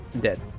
dead